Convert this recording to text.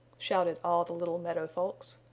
shouted all the little meadow folks.